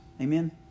Amen